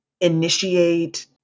initiate